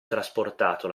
trasportato